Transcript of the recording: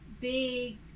big